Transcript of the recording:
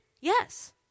Yes